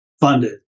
funded